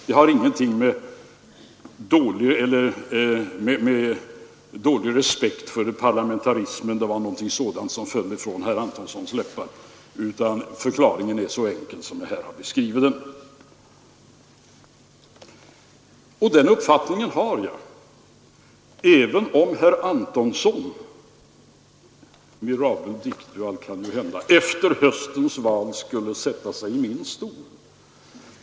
Det har ingenting att göra med dålig respekt för parlamentarismen — det var ju ungefär de orden som föll från Antonssons läppar. Förklaringen är så enkel som jag här har beskrivit den. Och den uppfattningen har jag, även om herr Antonsson — mirabile dictu, allt kan ju hända — efter höstens val skulle sätta sig i min stol.